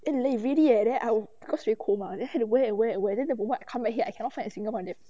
and eh really leh then I will cause very cold mah so have to wear and wear and wear then the moment I come back here I cannot find a single one left